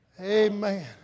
Amen